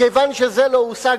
כיוון שזה לא הושג,